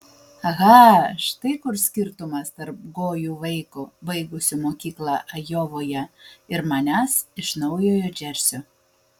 aha štai kur skirtumas tarp gojų vaiko baigusio mokyklą ajovoje ir manęs iš naujojo džersio